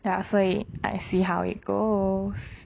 ya 所以 I see how it goes